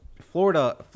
Florida